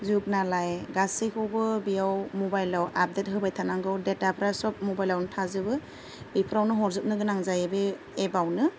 जुग नालाय गासैखौबो बेयाव मबाइलआव आपडेट होबाय थानांगौ डाटाफोरा सब मबाइलआवनो थाजोबो बेफोरावनो हरजोबनो गोनां जायो बे एपआवनो